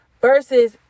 versus